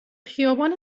خیابان